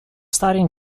studying